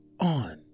on